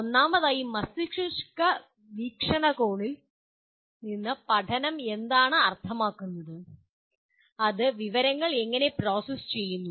ഒന്നാമതായി മസ്തിഷ്ക വീക്ഷണകോണിൽ നിന്ന് പഠനം എന്താണ് അർത്ഥമാക്കുന്നത് അത് വിവരങ്ങൾ എങ്ങനെ പ്രോസസ്സ് ചെയ്യുന്നു